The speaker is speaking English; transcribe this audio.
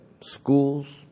schools